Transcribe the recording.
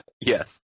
Yes